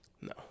No